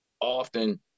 often